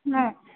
نہ